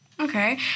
Okay